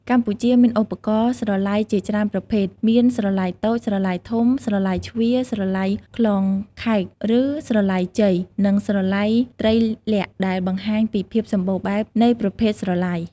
កម្ពុជា មានឧបករណ៍ស្រឡៃជាច្រើនប្រភេទ មានស្រឡៃតូច ស្រឡៃធំ ស្រឡៃជ្វា ស្រឡៃក្លងខែក ឬ ស្រឡៃជ័យ និងស្រឡៃត្រៃលក្ខណ៍ ដែលបង្ហាញពីភាពសម្បូរបែបនៃប្រភេទស្រឡៃ។